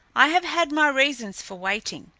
i have had my reasons for waiting.